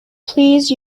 please